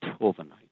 overnight